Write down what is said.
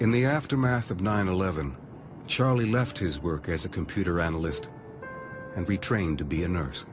in the aftermath of nine eleven charlie left his work as a computer analyst and retrained to be a nurse